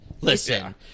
Listen